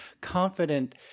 confident